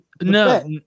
No